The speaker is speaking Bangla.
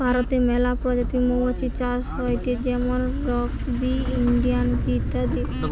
ভারতে মেলা প্রজাতির মৌমাছি চাষ হয়টে যেমন রক বি, ইন্ডিয়ান বি ইত্যাদি